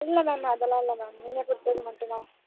இல்லை மேம் அதெல்லாம் இல்லை மேம் நீங்கள் கொடுத்தது மட்டும் தான்